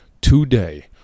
today